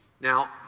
Now